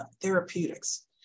therapeutics